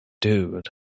dude